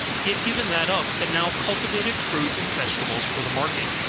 he had given that up, and now cultivated fruit and vegetables for the market,